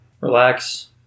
Relax